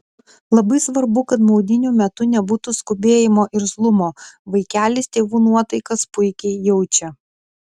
labai svarbu kad maudynių metu nebūtų skubėjimo irzlumo vaikelis tėvų nuotaikas puikiai jaučia